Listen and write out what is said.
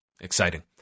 exciting